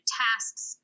tasks